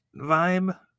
vibe